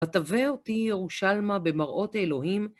תתווה אותי, ירושלמה, במראות האלוהים.